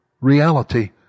reality